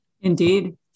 Indeed